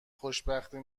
خوشبختی